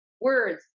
words